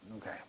Okay